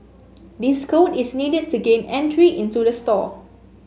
this code is needed to gain entry into the store